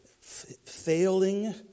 failing